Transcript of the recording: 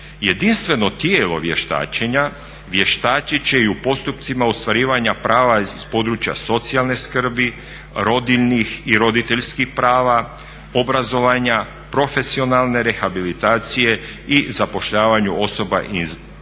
Jedinstveno tijelo vještačenja vještačit će i u postupcima ostvarivanja prava iz područja socijalne skrbi, rodiljnih i roditeljskih prava, obrazovanja, profesionalne rehabilitacije i zapošljavanju osoba s